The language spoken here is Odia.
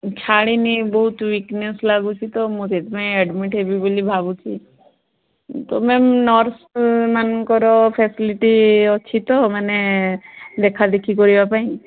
ଛାଡ଼ିନି ବହୁତ ୱିକନେସ୍ ଲାଗୁଛି ତ ମୁଁ ସେଥିପାଇଁ ଆଡମିଟ୍ ହେବି ବୋଲି ଭାବୁଛି ତୁମେ ନର୍ସ୍ ମାନଙ୍କର ଫ୍ୟାସିଲିଟୀ ଅଛି ତ ମାନେ ଦେଖା ଦେଖି କରିବା ପାଇଁ